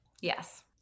Yes